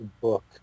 book